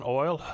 oil